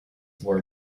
were